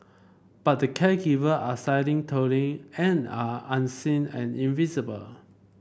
but the caregiver are silently toiling and are unseen and invisible